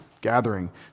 gathering